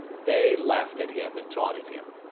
they laughed at him and taunted him.